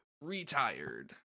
retired